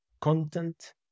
content